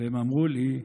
והם אמרו לי: